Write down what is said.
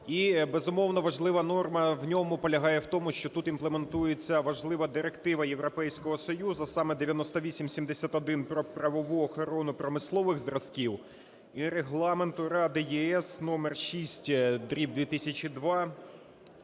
І, безумовно, важлива норма в ньому полягає в тому, що тут імплементується важлива Директива Європейського Союзу, а саме 9871, про правову охорону промислових зразків і Регламенту Ради ЄС номер 6/2002